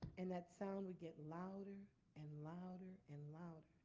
and that sound would get louder and louder and louder.